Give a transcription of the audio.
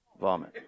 Vomit